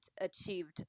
achieved